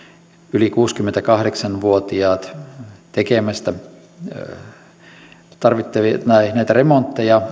yli kuusikymmentäkahdeksan vuotiaat tekemästä näitä remontteja